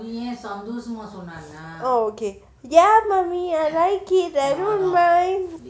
oo okay ya mummy I like it I don't mind